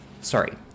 Sorry